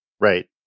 right